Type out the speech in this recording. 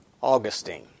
Augustine